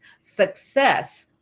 success